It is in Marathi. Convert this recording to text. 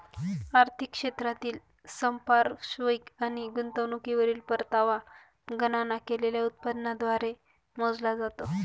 आर्थिक क्षेत्रातील संपार्श्विक आणि गुंतवणुकीवरील परतावा गणना केलेल्या उत्पन्नाद्वारे मोजला जातो